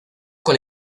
con